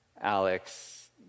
Alex